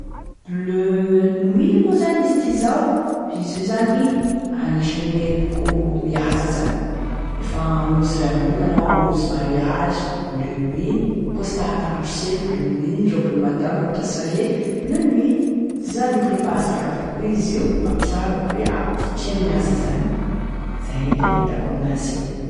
Bleu nuit moa zany izy ty zao, io zany da agnisany loko mihaja zany, lefa hamonjy lanonana anao, hamonzy mariage, bleu nuit e costard an'i ramose bleu nuit, robe ny madama, robe de soirée bleu nuit, izy io zany lokone mpanzaka avao koa izy io mampiavaky hoe ah satria mihaja zany, zay e tena hitako amin'azy io.